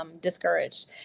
discouraged